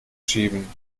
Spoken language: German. schieben